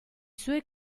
suoi